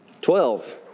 Twelve